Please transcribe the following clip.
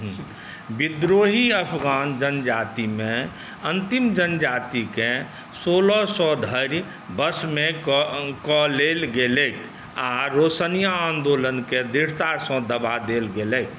विद्रोही अफगान जनजातिमे अंतिम जनजातिकेँ सोलह सए धरि वशमे कऽ लेल गेलैक आ रोशानिया आन्दोलनके दृढ़तासँ दबा देल गेलैक